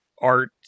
art